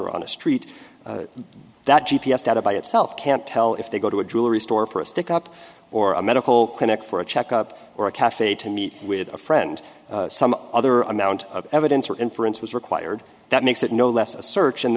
or on a street that g p s data by itself can't tell if they go to a jewelry store for a stick up or a medical clinic for a check up or a cafe to meet with a friend some other amount of evidence or inference was required that makes it no less a search